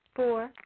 Four